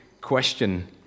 question